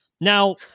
Now